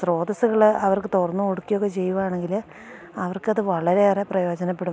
ശ്രോതസ്സുകൾ അവർക്ക് തുറന്നു കൊടുക്കുകയൊക്കെ ചെയ്യുകയാണെങ്കിൽ അവർക്കത് വളരെയേറെ പ്രയോജനപ്പെടും